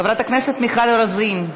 חברת הכנסת מיכל רוזין,